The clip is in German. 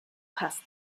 passt